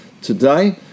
today